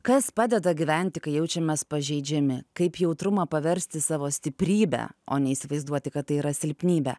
kas padeda gyventi kai jaučiamės pažeidžiami kaip jautrumą paversti savo stiprybe o neįsivaizduoti kad tai yra silpnybė